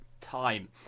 time